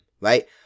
right